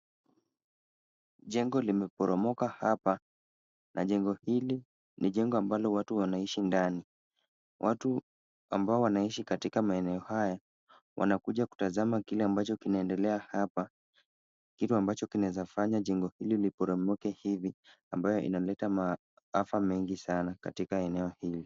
Jengo limeporomoka hapa na jengo hili ni jengo ambalo watu wanaishi ndani. Watu ambao wanaishi katika maeneo haya wanakuja kutazama kile ambacho kinaendelea hapa, kitu ambacho kinaezafanya jengo hili liporomoke hivi, ambayo inaleta maafa mengi sana katika eneo hili.